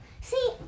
See